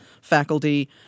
faculty